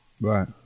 Right